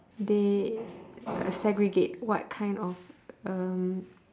they uh segregate what kind of um